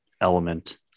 element